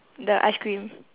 the ice cream